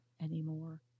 anymore